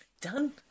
done